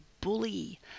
bully